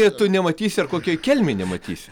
ir tu nematysi ar kokioj kelmėj nematysi